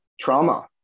trauma